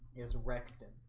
is rexton